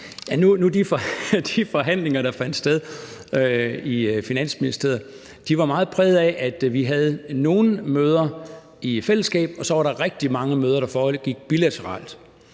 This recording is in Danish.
de forhandlinger, der fandt sted i Finansministeriet, meget præget af, at vi havde nogle møder i fællesskab, og så var der rigtig mange møder, der foregik bilateralt,